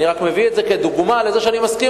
אני רק מביא את זה כדוגמה לזה שאני מסכים